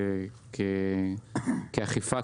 כאכיפה,